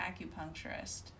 acupuncturist